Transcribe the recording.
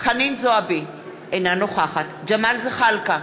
חנין זועבי, אינה נוכחת ג'מאל זחאלקה,